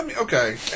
okay